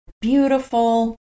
beautiful